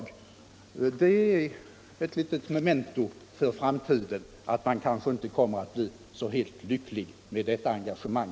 Det är ett litet memento för framtiden att man kanske inte kommer att bli så helt lycklig med detta engagemang.